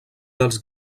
dels